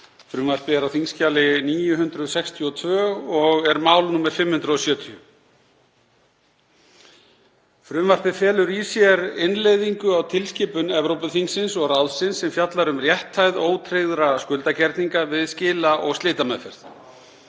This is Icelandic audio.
Frumvarpið er á þskj. 962, mál nr. 570. Frumvarpið felur í sér innleiðingu á tilskipun Evrópuþingsins og ráðsins sem fjallar um rétthæð ótryggðra skuldagerninga við skila- og slitameðferð.